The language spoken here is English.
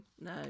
no